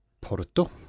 Porto